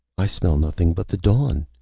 i smell nothing but the dawn,